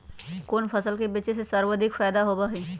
कोन फसल के बेचे से सर्वाधिक फायदा होबा हई?